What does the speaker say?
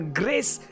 grace